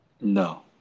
No